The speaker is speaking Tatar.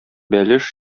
бәлеш